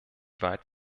weit